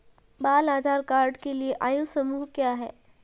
बाल आधार कार्ड के लिए आयु समूह क्या है?